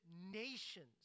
nations